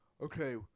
okay